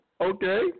Okay